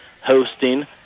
hosting